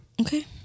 Okay